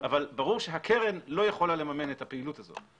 אבל ברור שהקרן לא יכולה לממן את הפעילות הזאת.